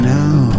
now